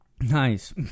Nice